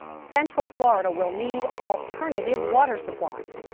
central florida will need alternative water supplies.